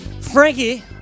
Frankie